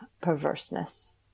perverseness